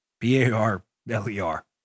B-A-R-L-E-R